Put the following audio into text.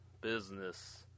business